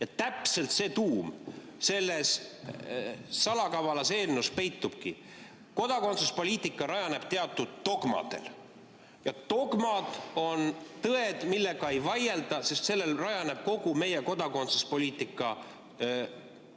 Täpselt see tuum selles salakavalas eelnõus peitubki. Kodakondsuspoliitika rajaneb teatud dogmadel ja dogmad on tõed, millega ei vaielda, sest nendel rajaneb kogu meie kodakondsuspoliitika